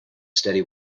steady